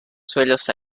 suelos